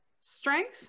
strength